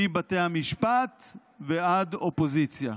מבתי המשפט ועד אופוזיציה.